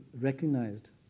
recognized